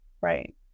right